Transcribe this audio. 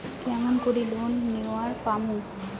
কেমন করি লোন নেওয়ার পামু?